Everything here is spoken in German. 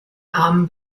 armen